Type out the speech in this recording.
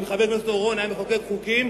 אם חבר הכנסת אורון היה מחוקק חוקים